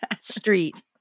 street